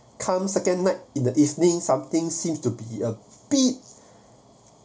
come second night in the evening something seems to be a bit